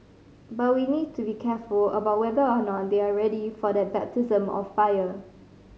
but we need to be careful about whether or not they are ready for that baptism of fire